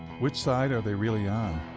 which side are they really on?